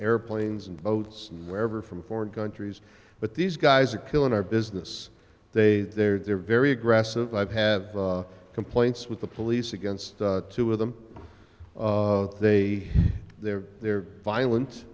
airplanes and boats and wherever from foreign countries but these guys are killing our business they they're they're very aggressive i've have complaints with the police against two of them they they're they're violen